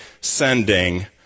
sending